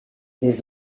his